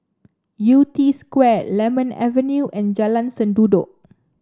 Yew Tee Square Lemon Avenue and Jalan Sendudok